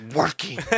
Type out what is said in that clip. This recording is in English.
working